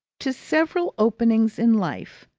to several openings in life,